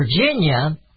Virginia